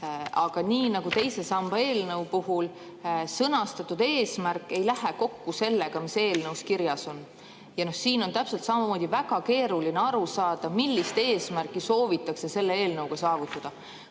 Aga nii nagu teise samba eelnõu puhul sõnastatud eesmärk ei lähe kokku sellega, mis eelnõus kirjas on, on siis täpselt samamoodi väga keeruline aru saada, millist eesmärki soovitakse selle eelnõuga saavutada.Me